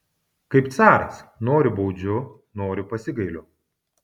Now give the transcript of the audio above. kaip caras noriu baudžiu noriu pasigailiu